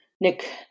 Nick